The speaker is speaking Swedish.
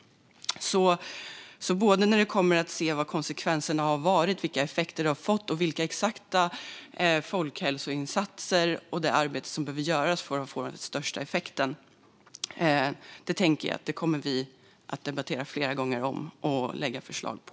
Vilka konsekvenser och effekter detta har fått samt exakt vilka folkhälsoinsatser och vilket arbete som behöver göras för att få den största effekten kommer vi att debattera flera gånger om och lägga förslag på.